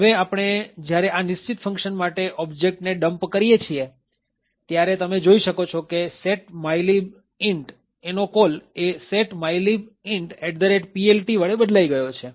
હવે આપણે જયારે આ નિશ્ચિત ફંક્શન માટે ઓબ્જેક્ટ ડમ્પ કરીએ છીએ ત્યારે તમે જોઈ શકો છો કે set mylib int નો કોલ એ set mylib intPLT વડે બદલાઈ ગયો છે